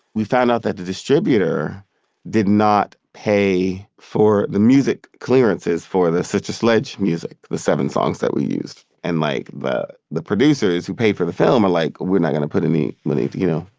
we found out that the distributor did not pay for the music clearances for the sister sledge music the seven songs that we used. and, like, the the producers who paid for the film are, like, we're not going to put any money, you know?